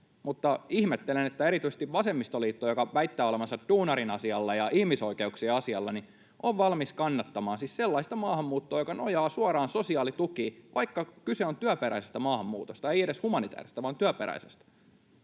Mutta ihmettelen, että erityisesti vasemmistoliitto, joka väittää olevansa duunarin asialla ja ihmisoikeuksien asialla, on valmis kannattamaan siis sellaista maahanmuuttoa, joka nojaa suoraan sosiaalitukiin, vaikka kyse on työperäisestä maahanmuutosta — ei edes humanitäärisestä vaan työperäisestä.